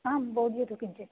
आं बोधयतु किञ्चित्